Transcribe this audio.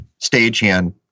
stagehand